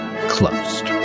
closed